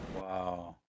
Wow